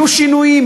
יהיו שינויים?